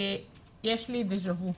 יש לי דז'ה וו.